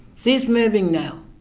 she's moving now.